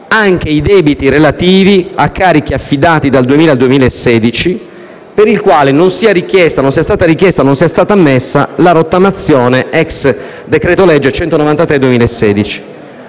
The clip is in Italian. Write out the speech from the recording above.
anche i debiti relativi a carichi affidati dal 2000 al 2016, per i quali non sia stata richiesta o non sia stata ammessa la rottamazione *ex* decreto-legge n. 193 del 2016.